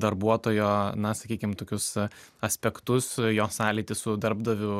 darbuotojo na sakykim tokius aspektus jo sąlytį su darbdaviu